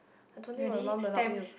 I don't think my mum will allow me to